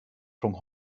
rhwng